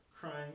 crying